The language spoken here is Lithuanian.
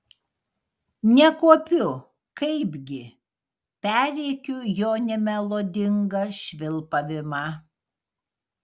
nekuopiu kaipgi perrėkiu jo nemelodingą švilpavimą